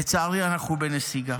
לצערי, אנחנו בנסיגה.